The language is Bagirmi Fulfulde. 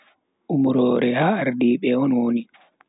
Umrore ha ardiibe on woni.